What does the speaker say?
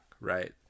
Right